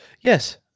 Yes